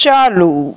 ચાલુ